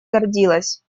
гордилась